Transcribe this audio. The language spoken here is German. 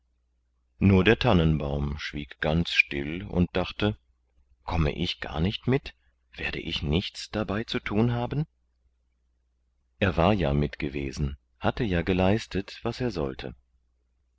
nur der tannenbaum schwieg ganz still und dachte komme ich garnicht mit werde ich nichts dabei zu thun haben er war ja mit gewesen hatte ja geleistet was er sollte